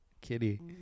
Kitty